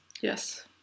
Yes